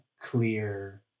clear